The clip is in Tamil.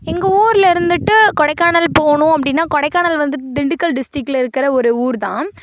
எங்கள் ஊரில் இருந்துகிட்டு கொடைக்கானல் போகணும் அப்படின்னா கொடைக்கானல் வந்துவிட்டு திண்டுக்கல் டிஸ்ட்ரிக்ட்டில் இருக்கிற ஒரு ஊர் தான்